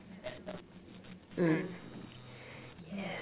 mm yes